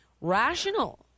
rational